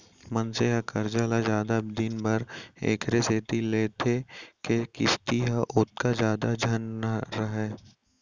मनसे ह करजा ल जादा दिन बर एकरे सेती लेथे के किस्ती ह ओतका जादा झन रहय